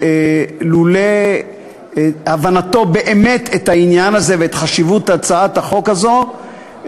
שלולא הבנתו באמת את העניין הזה ואת חשיבות הצעת החוק הזאת,